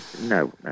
No